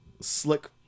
Slick